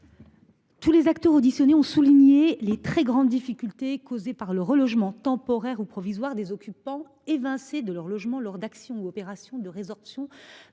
Tous les acteurs auditionnés par la commission ont souligné les très grandes difficultés causées par le relogement temporaire ou provisoire des occupants évincés de leur logement lors d’actions ou d’opérations de résorption